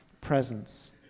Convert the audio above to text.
presence